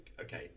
okay